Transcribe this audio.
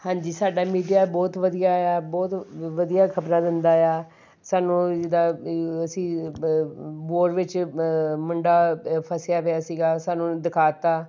ਹਾਂਜੀ ਸਾਡਾ ਮੀਡੀਆ ਬਹੁਤ ਵਧੀਆ ਏ ਆ ਬਹੁਤ ਵਧੀਆ ਖਬਰਾਂ ਦਿੰਦਾ ਏ ਆ ਸਾਨੂੰ ਜਿਦਾਂ ਅਸੀਂ ਬ ਬੋਰ ਵਿੱਚ ਮੁੰਡਾ ਫਸਿਆ ਪਿਆ ਸੀਗਾ ਸਾਨੂੰ ਦਿਖਾਤਾ